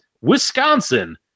Wisconsin